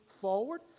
forward